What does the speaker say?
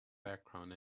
background